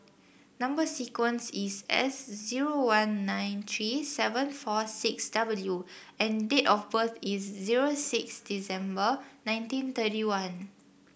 number sequence is S zero one nine three seven four six W and date of birth is zero six December nineteen thirty one